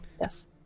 Yes